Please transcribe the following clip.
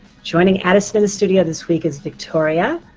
joining addison in the studio this week is victoria,